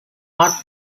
art